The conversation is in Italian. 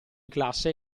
classe